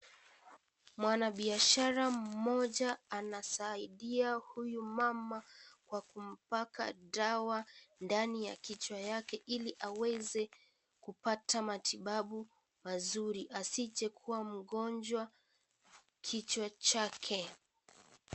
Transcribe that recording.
Mwanabiashara mmoja anasaidia huyu mama kwa kumpaka dawa ndani ya kichwa yake ili aweze kupata matibabu mazuri asije kuwa mgonjwa kichwa chake.